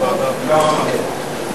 אחריו,